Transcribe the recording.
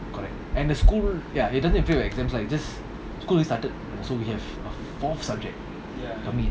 correct and the school yah it doesn't interfere with exams lah its just school already started so we have a fourth subject coming in